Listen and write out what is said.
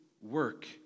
work